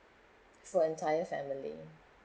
for entire family